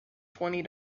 twenty